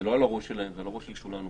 זה לא על הראש שלהם ולא על הראש של כולנו,